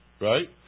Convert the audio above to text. Right